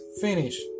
finish